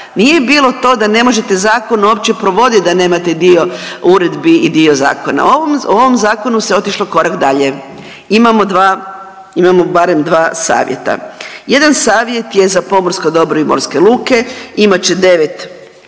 nije bilo to da ne možete zakon uopće provodit da nemate dio uredbi i dio zakona. U ovom zakonu se otišlo korak dalje, imamo dva, imamo barem dva savjeta, jedan savjet za pomorsko dobro i morske luke, imat će devet